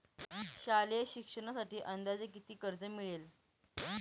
शालेय शिक्षणासाठी अंदाजे किती कर्ज मिळेल?